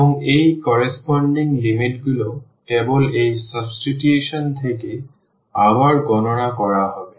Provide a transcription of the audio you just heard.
এবং এই করস্পন্ডিং লিমিটগুলি কেবল এই সাবস্টিটিউশন থেকে আবার গণনা করা হবে